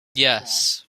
yes